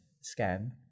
scan